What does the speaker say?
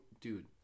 Dude